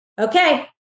okay